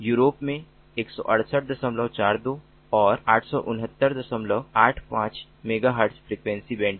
Europe में 86842 और 86985 megahertz frequency band